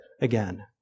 again